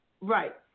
right